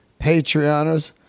Patreoners